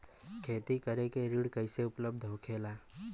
खेती करे के ऋण कैसे उपलब्ध होखेला?